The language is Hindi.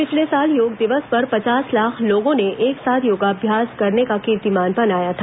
पिछले साल योग दिवस पर पचास लाख लोगों ने एक साथ योगाभ्सास करने का कीर्तिमान बनाया था